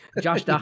Josh